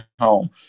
home